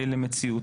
למציאות.